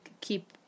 keep